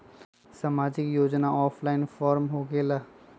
समाजिक योजना offline form होकेला?